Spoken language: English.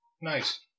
Nice